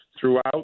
throughout